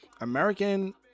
American